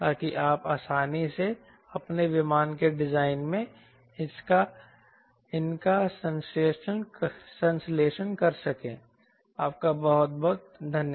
ताकि आप आसानी से अपने विमान के डिजाइन में इनका संश्लेषण कर सकें